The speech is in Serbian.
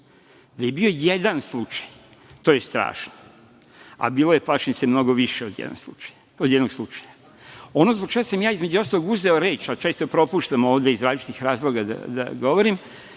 Da je bio jedan slučaj, to je strašno, a bilo je, plašim se, mnogo više od jednog slučaja. Ono zbog čega sam ja, između ostalog, uzeo reč, a često propuštam ovde iz različitih razloga da govorim,